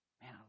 Man